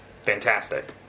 fantastic